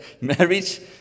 Marriage